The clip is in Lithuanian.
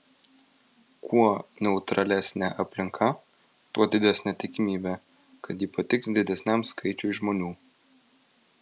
kuo neutralesnė aplinka tuo didesnė tikimybė kad ji patiks didesniam skaičiui žmonių